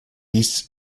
bis